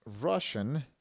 Russian